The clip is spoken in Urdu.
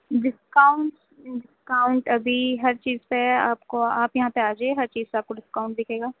ڈسکاؤنٹ ڈسکاؤنٹ ابھی ہر چیز پہ آپ کو آپ یہاں پہ آ جائے ہر چیز پہ آپ کو ڈسکاؤنٹ دکھے گا